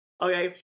Okay